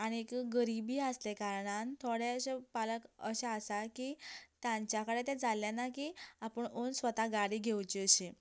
आनीक गरिबी आसले कारणान थोडेशें पालक अशें आसा की तांचे कडेन ते जाल्ले ना की आपूण स्वता गाडी घेवची अशीं